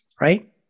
Right